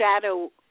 shadow